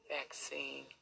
vaccine